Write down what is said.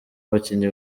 abakinnyi